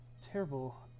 terrible